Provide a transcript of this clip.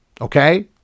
Okay